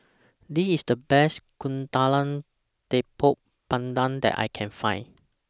This IS The Best Kuih Talam Tepong Pandan that I Can Find